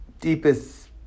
deepest